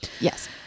Yes